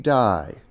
die